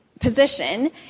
position